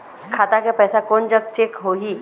खाता के पैसा कोन जग चेक होही?